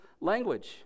language